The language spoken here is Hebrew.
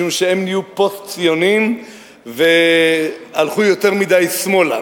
משום שהם נהיו פוסט-ציונים והלכו יותר מדי שמאלה.